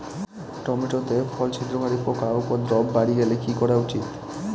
Tomato তে ফল ছিদ্রকারী পোকা উপদ্রব বাড়ি গেলে কি করা উচিৎ?